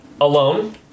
alone